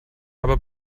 aber